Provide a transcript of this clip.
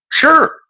Sure